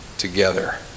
together